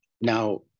Now